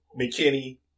McKinney